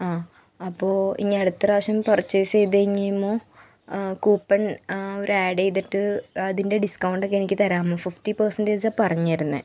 ആ അപ്പോൾ ഇനി അടുത്ത പ്രാവശ്യം പർച്ചേസ് ചെയ്ത് കഴിഞ്ഞ് കഴിയുമ്പോൾ ആ കൂപ്പൺ ആ ഒരാഡെയ്തിട്ട് അതിൻറ്റെ ഡിസ്കൗണ്ടൊക്കെ എനിക്ക് തരാമോ ഫിഫ്റ്റി പെഴ്സെൻറ്റേജാ പറഞ്ഞിരുന്നത്